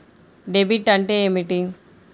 Debit అంటే ఏమిటి?